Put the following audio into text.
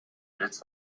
bis